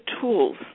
tools